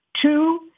Two